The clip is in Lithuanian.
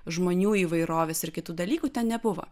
žmonių įvairovės ir kitų dalykų ten nebuvo